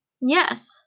Yes